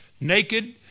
naked